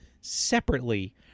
separately